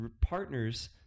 partners